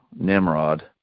Nimrod